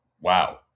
Wow